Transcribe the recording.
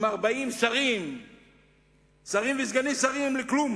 עם 40 שרים וסגני שרים לכלום